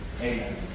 Amen